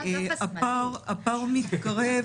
הפער מתקרב